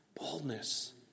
Boldness